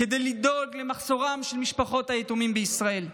כדי לדאוג למחסורם של משפחות היתומים בישראל.